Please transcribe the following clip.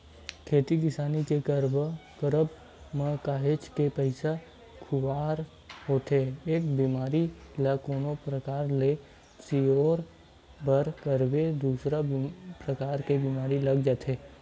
खेती किसानी के करब म काहेच के पइसा खुवार होथे एक बेमारी ल कोनो परकार ले सिरोय बर करबे दूसर परकार के बीमारी लग जाथे